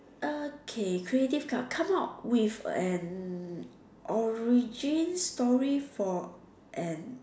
okay creative co~ come out with an origin story for an